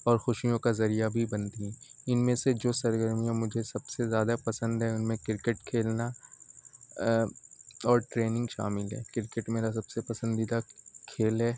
اور خوشیوں کا ذریعہ بھی بنتی ہیں ان میں سے جو سرگرمیاں مجھے سب سے زیادہ پسند ہیں ان میں کرکٹ کھیلنا اور ٹرینگ شامل ہے کرکٹ میرا سب سے پسندیدہ کھیل ہے